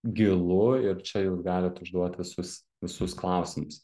gilu ir čia jau galit užduot visus visus klausimus